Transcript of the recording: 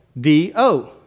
D-O